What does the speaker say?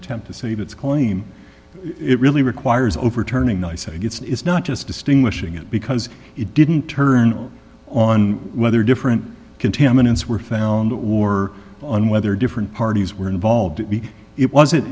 attempt to save its claim it really requires overturning nice egg it's not just distinguishing it because it didn't turn on whether different contaminants were found the war on whether different parties were involved it was it